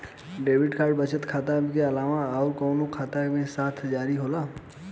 Debit card बचत खाता के अलावा अउरकवन खाता के साथ जारी होला?